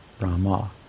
Rama